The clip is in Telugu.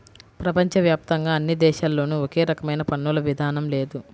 ప్రపంచ వ్యాప్తంగా అన్ని దేశాల్లోనూ ఒకే రకమైన పన్నుల విధానం లేదు